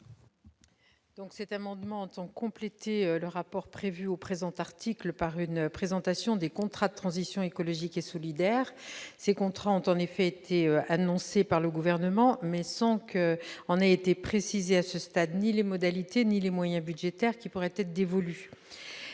? Cet amendement tend à compléter le rapport prévu au présent article par une présentation des contrats de transition écologique et solidaire. Ces contrats ont en effet été annoncés par le Gouvernement, mais sans précisions, à ce stade, sur les modalités ou les moyens budgétaires qui pourraient leur être dévolus.